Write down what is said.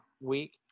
week